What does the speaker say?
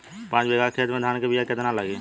पाँच बिगहा खेत में धान के बिया केतना लागी?